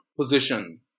position